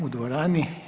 u dvorani.